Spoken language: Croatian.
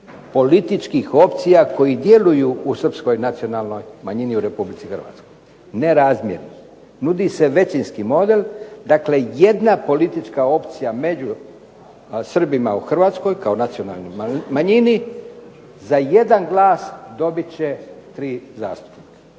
političkih opcija koji djeluju u srpskoj nacionalnoj manjini u RH, nerazmjerni. Nudi se većinski model, dakle jedna politička opcija među Srbima u Hrvatskoj kao nacionalnoj manjini za jedan glas dobit će 3 zastupnika.